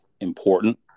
important